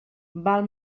val